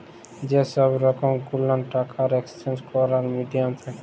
যে সহব রকম গুলান টাকার একেসচেঞ্জ ক্যরার মিডিয়াম থ্যাকে